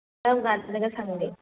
ꯀꯔꯝ ꯀꯥꯟꯗꯒ ꯁꯪꯒꯦ